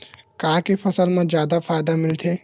का के फसल मा जादा फ़ायदा मिलथे?